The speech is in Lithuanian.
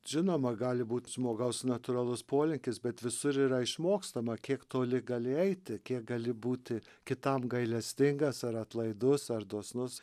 žinoma gali būt žmogaus natūralus polėkis bet visur yra išmokstama kiek toli gali eiti kiek gali būti kitam gailestingas ar atlaidus ar dosnus